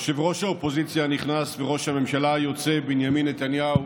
ראש האופוזיציה הנכנס וראש הממשלה היוצא בנימין נתניהו,